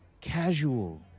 casual